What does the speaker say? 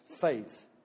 faith